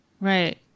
Right